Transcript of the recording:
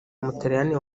umutaliyani